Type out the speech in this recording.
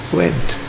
went